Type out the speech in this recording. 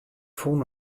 fûn